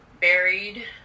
buried